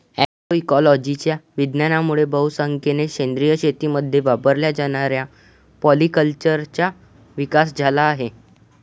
अग्रोइकोलॉजीच्या विज्ञानामुळे बहुसंख्येने सेंद्रिय शेतीमध्ये वापरल्या जाणाऱ्या पॉलीकल्चरचा विकास झाला आहे